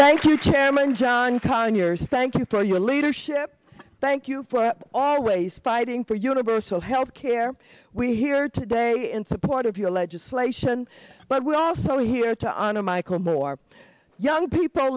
thank you chairman john conyers thank you for your leadership thank you for always fighting for universal health care we here today in support of your legislation but we're also here to honor michael moore young people